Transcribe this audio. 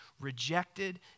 rejected